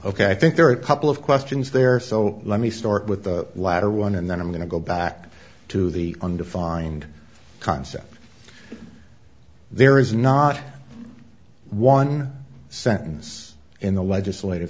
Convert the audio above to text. ok i think there are a couple of questions there so let me start with the latter one and then i'm going to go back to the undefined concept there is not one sentence in the legislative